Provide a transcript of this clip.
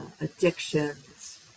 addictions